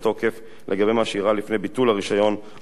לגבי מה שאירע לפני ביטול הרשיון או התלייתו.